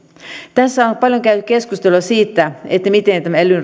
tässä on paljon käyty keskustelua siitä miten elyn